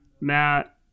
matt